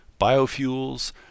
biofuels